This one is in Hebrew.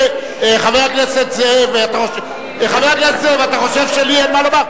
חבר הכנסת זאב, אתה חושב שלי אין מה לומר?